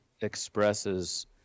expresses